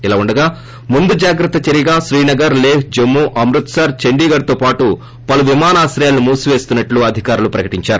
ఇదిలాఉండగా ముందు జాగ్రత్తగా చర్యగా శ్రీనగర్ లేహ్ జమ్మూ అమృత్ సర్ చండీఘడ్తోపాటు పలు విమానాశ్రయాలను మూసివేస్తున్నట్లు అధికారులు ప్రకటించారు